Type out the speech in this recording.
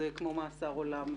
זה כמו מאסר עולם.